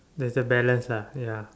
there's a balance lah ya